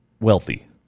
wealthy